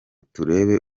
turebe